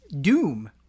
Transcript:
Doom